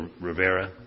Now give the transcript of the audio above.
Rivera